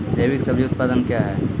जैविक सब्जी उत्पादन क्या हैं?